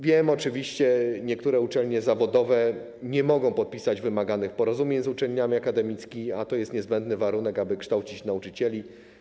Wiem oczywiście, że niektóre uczelnie zawodowe nie mogą podpisać wymaganych porozumień z uczelniami akademickimi, co stanowi niezbędny warunek kształcenia nauczycieli.